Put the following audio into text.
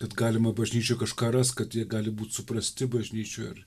kad galima bažnyčioj kažką rast kad jie gali būt suprasti bažnyčioj ar